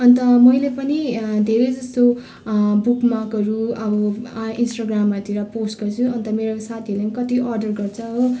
अन्त मैले पनि धेरै जस्तो बुकमार्कहरू अब इन्स्टाग्रामहरूतिर पोस्ट गर्छु अन्त मेरो साथीहरूले नि कति अर्डर गर्छ हो